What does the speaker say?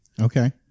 Okay